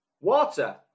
Water